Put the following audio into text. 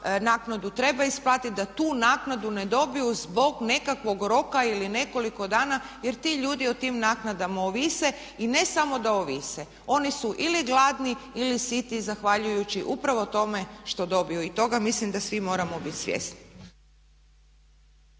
naknadu treba isplatiti da tu naknadu ne dobiju zbog nekakvog roka ili nekoliko dana jer ti ljudi o tim naknadama ovise i ne samo da ovise oni su ili gladni ili siti zahvaljujući upravo tome što dobiju. I toga mislim da svi moramo biti svjesni.